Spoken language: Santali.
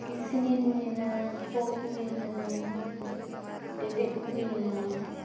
ᱠᱤᱥᱱᱤ ᱦᱩᱭᱮᱱᱟ ᱠᱚᱸᱜ ᱦᱩᱭᱮᱱᱟ ᱰᱮᱰᱮᱯ ᱦᱩᱭᱮᱱᱟ